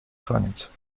koniec